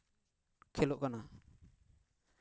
ᱠᱷᱮᱞᱚᱜ ᱠᱟᱱᱟ